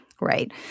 Right